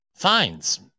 fines